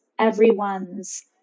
everyone's